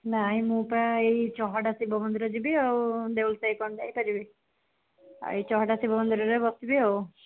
ନାହିଁ ମୁଁ ପା ଏଇ ଚହଟା ଶିବ ମନ୍ଦିର ଯିବି ଆଉ ଦେଉଳ ସାହି କ'ଣ ଯାଇପାରିବି ଆଉ ଏଇ ଚହଟା ଶିବ ମନ୍ଦିରରେ ବସିବି ଆଉ